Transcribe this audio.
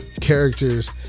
characters